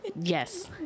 yes